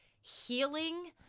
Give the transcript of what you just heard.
healing